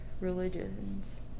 religions